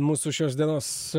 mūsų šios dienos